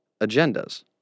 agendas